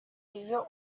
iyo